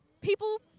people